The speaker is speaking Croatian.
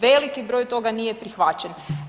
Veliki broj toga nije prihvaćen.